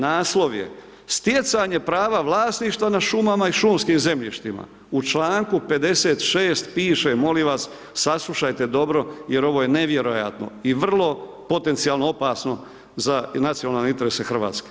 Naslov je, stjecanje prava vlasništva na šumama i šumskim zemljištima, u članku 56. piše molim vas, saslušajte dobro jer ovo je nevjerojatno i vrlo potencijalno opasno za nacionalne interese Hrvatske.